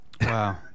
wow